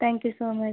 thank you so much